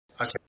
okay